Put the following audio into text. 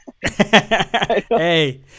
Hey